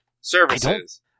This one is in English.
services